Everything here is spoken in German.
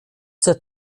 zur